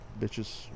bitches